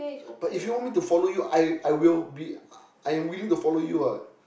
but if you want me to follow you I I will be I'm willing to follow you what